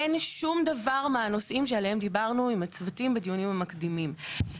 אין שום דבר מהנושאים שעליהם דיברנו עם הצוותים בדיונים המקדימים.